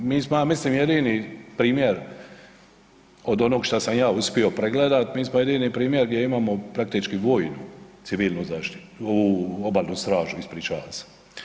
Mi smo ja mislim jedini primjer od onog šta sam ja uspio pregledat, mi smo jedini primjer gdje imamo praktički vojnu civilnu zaštitu, obalnu stražu, ispričavam se.